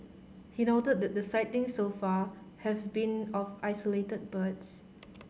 he noted that the sightings so far have been of isolated birds